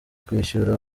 kwishyura